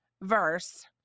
verse